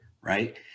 right